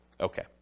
Okay